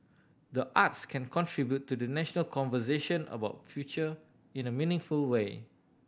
the arts can contribute to the national conversation about future in the meaningful way